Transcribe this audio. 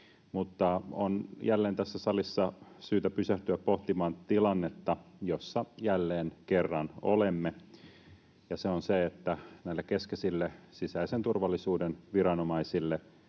Mutta on jälleen tässä salissa syytä pysähtyä pohtimaan tilannetta, jossa jälleen kerran olemme, ja se on se, että näille keskeisille sisäisen turvallisuuden viranomaisille